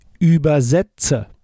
übersetze